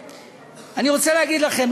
אני רוצה להגיד לכם,